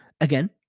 Again